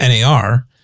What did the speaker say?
NAR